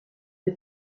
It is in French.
est